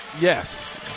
yes